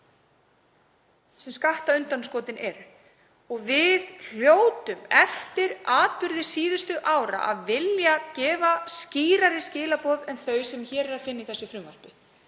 sem skattundanskotin eru. Við hljótum eftir atburði síðustu ára að vilja gefa skýrari skilaboð en þau sem er að finna í þessu frumvarpi